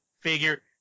figure